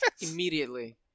immediately